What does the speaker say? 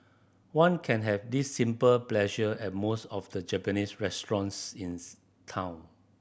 one can have this simple pleasure at most of the Japanese restaurants in town